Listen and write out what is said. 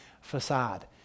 facade